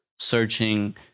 searching